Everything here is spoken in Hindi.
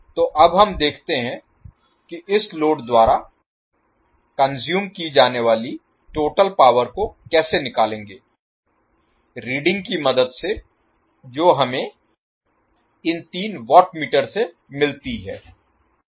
तो अब हम देखते हैं कि इस लोड द्वारा कॉनसूएम की जाने वाली टोटल पावर को कैसे निकालेंगे रीडिंग की मदद से जो हमें इन तीन वाट मीटर से मिलती है